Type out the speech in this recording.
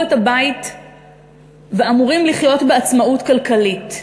את הבית ואמורים לחיות בעצמאות כלכלית.